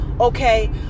okay